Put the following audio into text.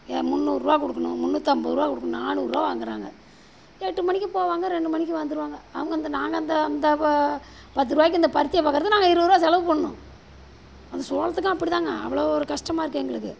ஏ முந்நூறுரூவா கொடுக்கணும் முந்நூற்றைம்பது ரூவா கொடுக்கணும் நானூறுரூவா வாங்குறாங்க எட்டு மணிக்கு போவாங்க ரெண்டு மணிக்கு வந்துடுவாங்க அவங்க அந்த நாங்கள் அந்த அந்த வ பத்துருபாய்க்கி இந்த பருத்தியை பார்க்கறக்கு நாங்கள் இருபது ரூவா செலவு பண்ணும் அந்த சோளத்துக்கும் அப்படிதாங்க அவ்வளோ ஒரு கஷ்டமா இருக்குது எங்களுக்கு